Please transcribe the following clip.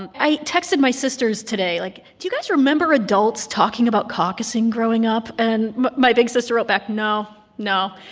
and i texted my sisters today, like, do you guys remember adults talking about caucusing growing up? and my big sister wrote back, no, no.